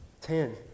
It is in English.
ten